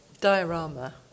Diorama